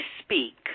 speak